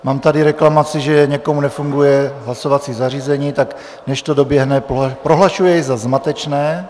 Mám tady reklamaci, že někomu nefunguje hlasovací zařízení, tak než to doběhne, prohlašuji jej za zmatečné.